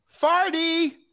Farty